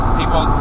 people